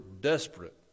desperate